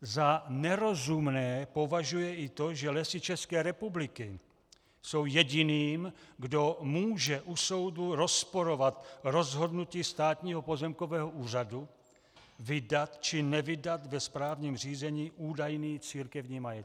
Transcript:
Za nerozumné považuje i to, že Lesy České republiky jsou jediným, kdo může u soudu rozporovat rozhodnutí Státního pozemkového úřadu vydat či nevydat ve správním řízení údajný církevní majetek.